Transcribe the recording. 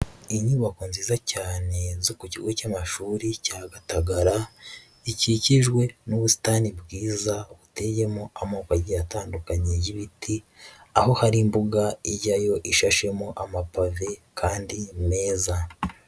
Inyubako nziza cyane zo ku kigo cy'amashuri cya Gatagara, gikikijwe n'ubusitani bwiza buteyemo amoko agiye atandukanye y'ibiti, aho hari imbuga ijyayo ishashemo amapave kandi meza.